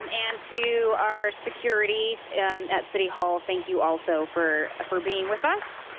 um and to our security at city hall, thank you also for for being with us,